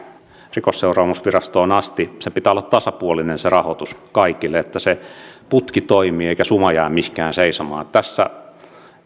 rikosseuraamusvirastoon asti sen rahoituksen pitää olla tasapuolinen kaikille niin että se putki toimii eikä suma jää mihinkään seisomaan tässä